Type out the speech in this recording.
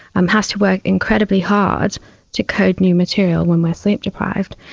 um has to work incredibly hard to code new material when we are sleep deprived.